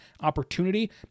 opportunity